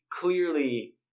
clearly